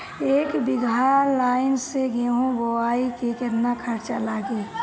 एक बीगहा लाईन से गेहूं बोआई में केतना खर्चा लागी?